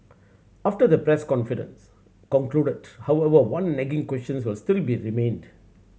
after the press confidence concluded however one nagging question will still be remained